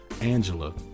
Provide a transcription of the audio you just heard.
Angela